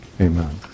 Amen